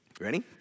Ready